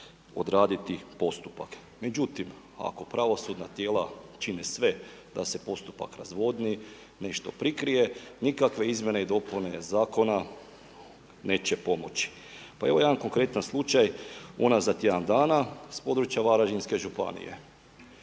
odraditi postupak. Međutim, ako pravosudna tijela čine sve da se postupak razvodni, nešto prikrije, nikakve izmjene i dopune zakona neće pomoći. Pa evo jedan konkretan slučaj unazad tjedan dana s područja Varaždinske županije.